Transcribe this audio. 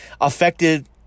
affected